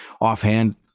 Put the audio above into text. offhand